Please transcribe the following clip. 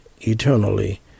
eternally